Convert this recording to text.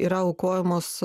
yra aukojamos